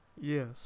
Yes